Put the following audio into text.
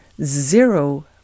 zero